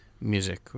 music